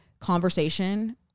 conversation